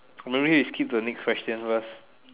maybe we skip to the next question first